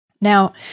Now